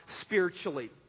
spiritually